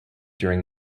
during